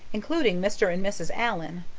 including mr. and mrs. allan,